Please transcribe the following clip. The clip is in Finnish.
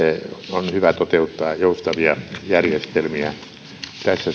on hyvä toteuttaa joustavia järjestelmiä tässä